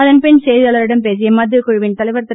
அதன் பின் செய்தியாளர்களிடம் பேசிய மத்திய குழுவின் தலைவர் திரு